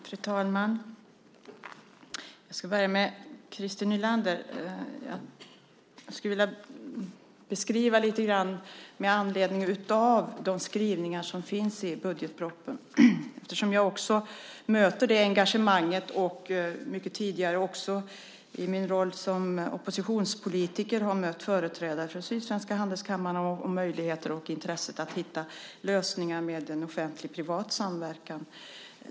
Fru talman! Jag vill börja med att vända mig till Christer Nylander med anledning av de skrivningar som finns i budgetpropositionen. Jag möter ju också det här engagemanget. Jag har, också tidigare i min roll som oppositionspolitiker, mött företrädare för Sydsvenska Handelskammaren och talat om möjligheten att hitta lösningar med en offentlig-privat samverkan.